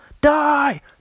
Die